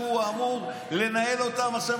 שהוא אמור לנהל אותם עכשיו,